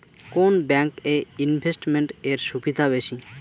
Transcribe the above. কোন ব্যাংক এ ইনভেস্টমেন্ট এর সুবিধা বেশি?